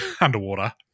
underwater